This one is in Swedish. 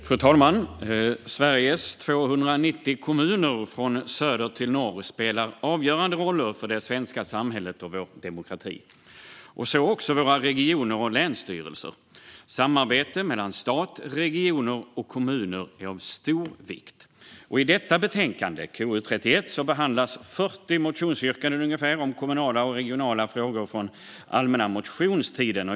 Fru talman! Sveriges 290 kommuner från söder till norr spelar avgörande roller för det svenska samhället och vår demokrati. Detsamma gäller våra regioner och länsstyrelser. Samarbete mellan stat, regioner och kommuner är av stor vikt. I detta betänkande, KU31, behandlas ungefär 40 motionsyrkanden om kommunala och regionala frågor från allmänna motionstiden.